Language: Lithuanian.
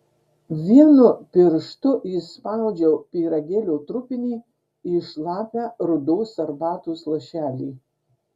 vienu pirštu įspaudžiau pyragėlio trupinį į šlapią rudos arbatos lašelį